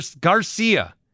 Garcia